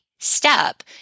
step